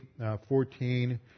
14